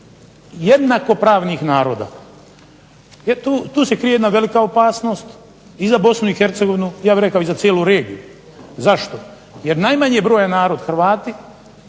jednakopravnih naroda, jer tu se krije jedna velika opasnost i za Bosnu i Hercegovinu i za cijelu regiju. Zašto? Jer najmanje brojan narod je Hrvati,